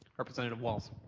representative walz.